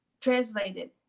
translated